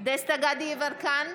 דסטה גדי יברקן,